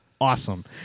awesome